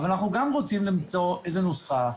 אנחנו גם רוצים למצוא איזה נוסחה,